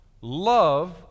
love